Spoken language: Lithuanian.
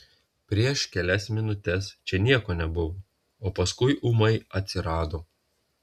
prieš kelias minutes čia nieko nebuvo o paskui ūmai atsirado